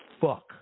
fuck